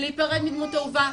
להיפרד מדמות אהובה,